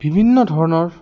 বিভিন্ন ধৰণৰ